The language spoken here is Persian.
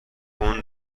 اون